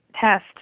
test